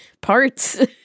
parts